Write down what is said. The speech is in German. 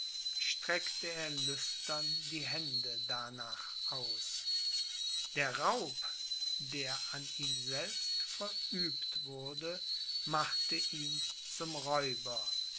streckte er lüstern die hände darnach aus der raub der an ihm selbst verübt wurde machte ihn zum räuber